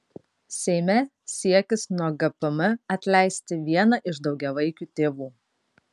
seime siekis nuo gpm atleisti vieną iš daugiavaikių tėvų